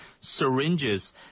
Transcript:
syringes